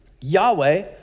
Yahweh